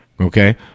Okay